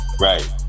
Right